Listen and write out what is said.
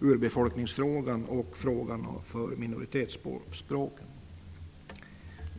urbefolkningsfrågan och frågan om minoritetsspråken.